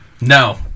no